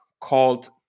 called